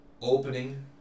opening